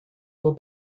will